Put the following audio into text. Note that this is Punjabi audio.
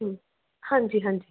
ਹਮ ਹਾਂਜੀ ਹਾਂਜੀ